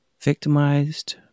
victimized